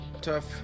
tough